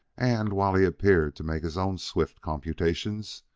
and, while he appeared to make his own swift computations,